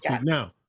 now